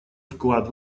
вклад